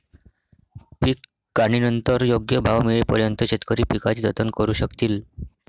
पीक काढणीनंतर योग्य भाव मिळेपर्यंत शेतकरी पिकाचे जतन करू शकतील